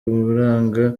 uburanga